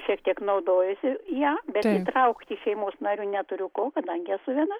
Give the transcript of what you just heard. šiek tiek naudojuosi ja įtraukti šeimos narių neturiu ko kadangi esu viena